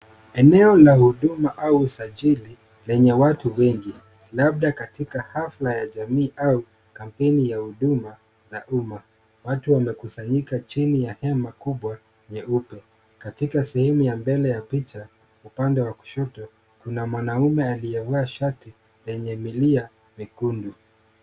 Eneo la huduma au usajili lenye watu wengi labda katika hafla ya jamii au kambini ya huduma za umma katika sehemu ya mbele ya picha upande wa kushoto kuna mwanaume amevaa shati lenye milia mwekundu.